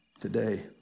today